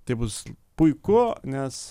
tai bus puiku nes